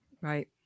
Right